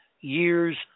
years